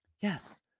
Yes